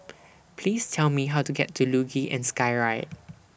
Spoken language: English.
Please Tell Me How to get to Luge and Skyride